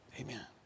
Amen